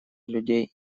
людей